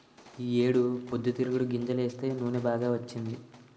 ఈ ఏడు పొద్దుతిరుగుడు గింజలేస్తే నూనె బాగా వచ్చింది